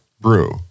brew